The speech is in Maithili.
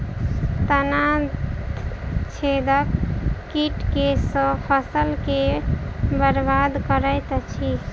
तना छेदक कीट केँ सँ फसल केँ बरबाद करैत अछि?